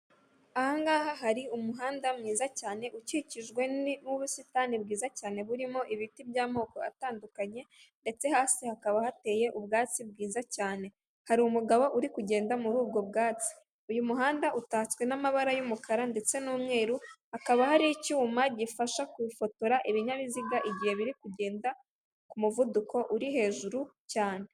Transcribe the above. Ahangaha hari umuhanda mwiza cyane, ukikijwe n'ubusitani bwiza cyane burimo ibiti by'amoko atandukanye, ndetse hasi hakaba hateye ubwatsi bwiza cyane, hari umugabo uri kugenda muri ubwo bwatsi, uyu muhanda utatswe n'amabara y'umukara ndetse n'umweru, hakaba hari icyuma gifasha kufotora ibinyabiziga igihe biri kugenda ku muvuduko uri hejuru cyane.